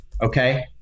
Okay